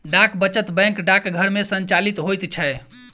डाक वचत बैंक डाकघर मे संचालित होइत छै